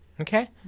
Okay